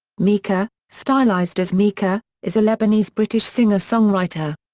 mika, stylized as mika, is a lebanese-british singer-songwriter.